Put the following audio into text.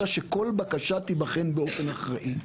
אלא שכל בקשה תיבחן באופן אחראי.